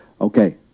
okay